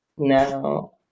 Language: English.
no